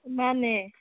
ꯃꯥꯅꯦ